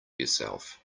yourself